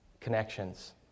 connections